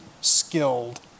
skilled